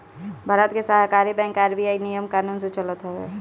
भारत के सहकारी bank RBI नियम कानून से चलत हवे